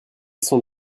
sont